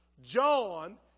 John